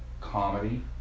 comedy